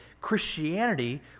Christianity